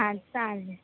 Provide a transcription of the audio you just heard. हां चालेल